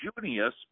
Junius